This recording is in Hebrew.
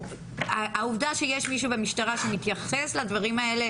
העובדה שיש מישהו במשטרה שמתייחס לדברים האלה